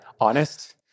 honest